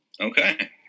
Okay